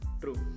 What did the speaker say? true